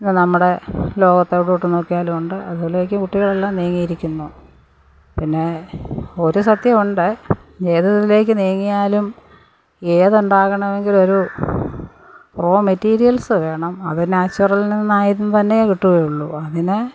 പിന്നെ നമ്മുടെ ലോകത്ത് എവിടോട്ട് നോക്കിയാലും ഉണ്ട് അതിലേക്ക് കുട്ടികളെല്ലാം നീങ്ങിയിരിക്കുന്നു പിന്നെ ഒരു സത്യം ഉണ്ട് ഏത് ഇതിലേക്കു നീങ്ങിയാലും ഏതുണ്ടാക്കണമെങ്കിലും ഒരു റോ മെറ്റീരിയൽസ് വേണം അത് നാച്ചുറൽ നിന്നയിരുന്നു തന്നെ കിട്ടുകയുള്ളു അതിനെ